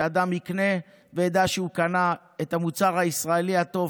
שאדם יקנה וידע שהוא קנה את המוצר הישראלי הטוב,